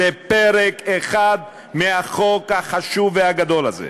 זה פרק אחד מהחוק החשוב והגדול הזה.